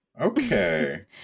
okay